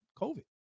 COVID